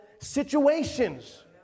situations